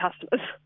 customers